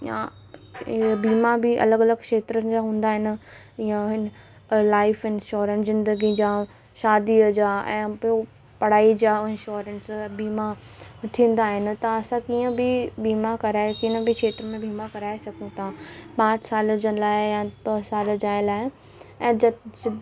या इहो बीमा बि अलॻि अलॻि क्षेत्रनि जा हूंदा आहिनि या हिन लाइफ इंशोरेंस ज़िंदगी जा शादीअ जा ऐं पोइ पढ़ाई जा इंशोरेंस बीमा थींदा आहिनि त असां कीअं बि बीमा कराए किन बि क्षेत्र में बीमा कराए सघूं था पांच साले जन लाइ या ॿ साल जे लाइ ऐं जित